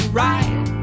right